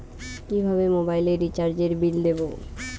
কিভাবে মোবাইল রিচার্যএর বিল দেবো?